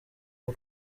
w’u